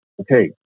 Okay